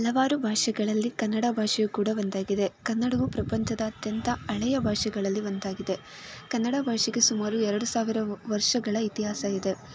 ಹಲವಾರು ಭಾಷೆಗಳಲ್ಲಿ ಕನ್ನಡ ಭಾಷೆಯೂ ಕೂಡ ಒಂದಾಗಿದೆ ಕನ್ನಡವು ಪ್ರಪಂಚದ ಅತ್ಯಂತ ಹಳೇಯ ಭಾಷೆಗಳಲ್ಲಿ ಒಂದಾಗಿದೆ ಕನ್ನಡ ಭಾಷೆಗೆ ಸುಮಾರು ಎರಡು ಸಾವಿರ ವರ್ಷಗಳ ಇತಿಹಾಸ ಇದೆ